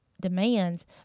demands